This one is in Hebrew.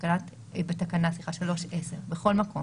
בתקנה 3(10) בכל מקום